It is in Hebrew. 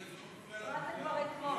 מקום היושב בראש,